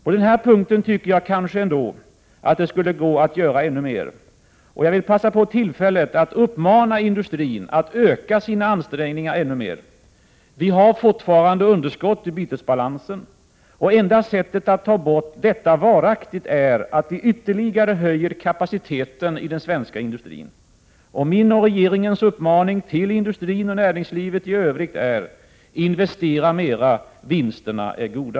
På den här punkten tycker jag kanske ändå att det skulle gå att göra ännu mer. Jag vill passa på tillfället att uppmana industrin att öka sina ansträngningar ännu mer. Vi har fortfarande underskott i bytesbalansen, och enda sättet att ta bort detta varaktigt är att vi ytterligare höjer kapaciteten i den svenska industrin. Min och regeringens uppmaning till industrin och näringslivet i övrigt är: Investera mera, vinsterna är goda!